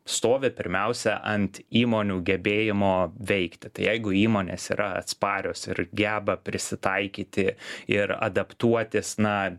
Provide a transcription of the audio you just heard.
stovi pirmiausia ant įmonių gebėjimo veikti tai jeigu įmonės yra atsparios ir geba prisitaikyti ir adaptuotis na